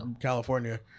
California